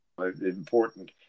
important